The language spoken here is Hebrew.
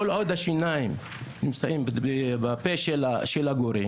כל עוד השיניים נמצאות בפה של הגורים